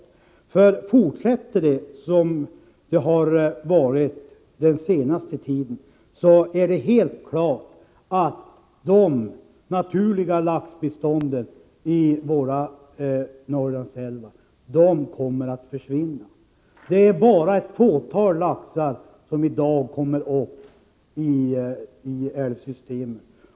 Om utvecklingen fortsätter på samma sätt som under den senaste tiden är det helt klart att de naturreproducerande laxbestånden i våra Norrlandsälvar kommer att försvinna. Endast ett fåtal laxar kommer i dag upp i älvsystemen.